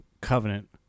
Covenant